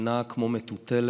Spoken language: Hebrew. שנעה כמו מטוטלת,